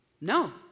No